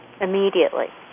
Immediately